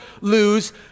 lose